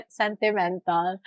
sentimental